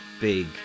big